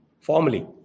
formally